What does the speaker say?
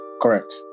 Correct